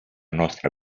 nostra